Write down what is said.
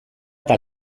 eta